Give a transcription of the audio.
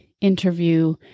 interview